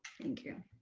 thank you.